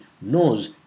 knows